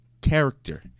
character